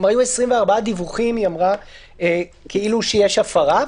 היא אמרה שהיו 24 דיווחים שכאילו יש הפרה,